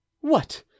What